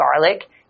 garlic